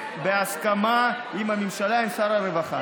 בהסכמה עם הממשלה, עם שר הרווחה.